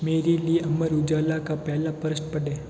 मेरे लिए अमर उजाला का पहला पृष्ठ पढ़ें